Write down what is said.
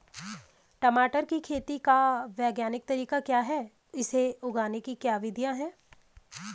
टमाटर की खेती का वैज्ञानिक तरीका क्या है इसे उगाने की क्या विधियाँ हैं?